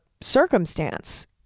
circumstance